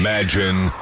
Imagine